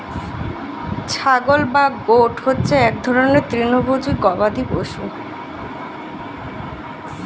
ছাগল বা গোট হচ্ছে এক রকমের তৃণভোজী গবাদি পশু